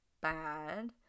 bad